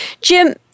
Jim